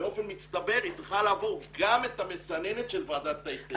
באופן מצטבר היא צריכה לעבור גם את המסננת של ועדת ההיתרים.